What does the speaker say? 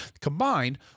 combined